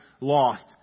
lost